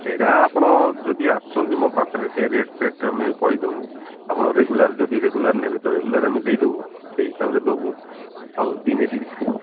ସେଇଟା ଆପଣ ଯଦି ଆସିଛନ୍ତି ମୋ ପାଖରେ ସେ ରେଟ୍ ଫେଟ୍ ଆମେ କହି ଦେବୁ ଆପଣ ରେଗୁଲାର ଯବି ରେଗୁଲାର ନେବ ତ ରେଗୁଲାର ଆମେ ଦେଇ ଦବୁ ସେଇ ହିସାବରେ ଦେଇ ଦବୁ ଆଉ ଦିନେ ଦୁଇ